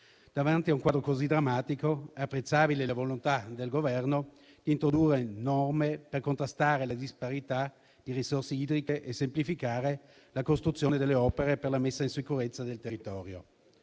Davanti a un quadro così drammatico è apprezzabile la volontà del Governo di introdurre norme per contrastare le disparità di risorse idriche e semplificare la costruzione delle opere per la messa in sicurezza del territorio.